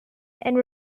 and